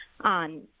on